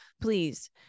please